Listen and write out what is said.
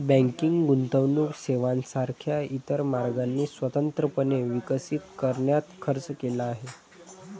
banking गुंतवणूक सेवांसारख्या इतर मार्गांनी स्वतंत्रपणे विकसित करण्यात खर्च केला आहे